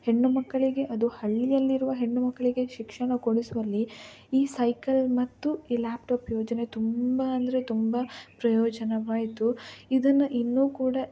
ಹೆಣ್ಣು ಮಕ್ಕಳಿಗೆ ಅದು ಹಳ್ಳಿಯಲ್ಲಿರುವ ಹೆಣ್ಣು ಮಕ್ಕಳಿಗೆ ಶಿಕ್ಷಣ ಕೊಡಿಸುವಲ್ಲಿ ಈ ಸೈಕಲ್ ಮತ್ತು ಈ ಲ್ಯಾಪ್ಟಾಪ್ ಯೋಜನೆ ತುಂಬ ಅಂದರೆ ತುಂಬ ಪ್ರಯೋಜನವಾಯಿತು ಇದನ್ನು ಇನ್ನು ಕೂಡ